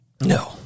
No